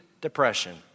depression